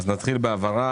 אז נתחיל בהעברה,